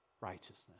righteousness